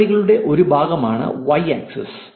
മറുപടികളുടെ ഒരു ഭാഗമാണ് Y axis